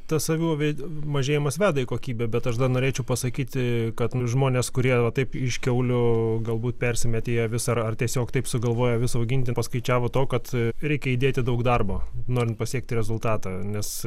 tas avių veid mažėjimas veda į kokybę bet aš dar norėčiau pasakyti kad žmonės kurie va taip iš kiaulių galbūt persimetė ją visą ar tiesiog taip sugalvojo avis auginti paskaičiavo to kad reikia įdėti daug darbo norint pasiekti rezultatą nes